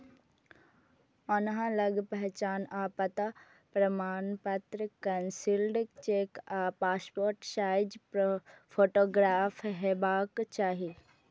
अहां लग पहचान आ पता प्रमाणपत्र, कैंसिल्ड चेक आ पासपोर्ट साइज फोटोग्राफ हेबाक चाही